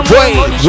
Wait